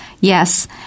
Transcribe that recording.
Yes